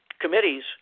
committees